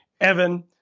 Evan